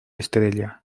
estrella